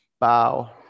Bow